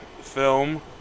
film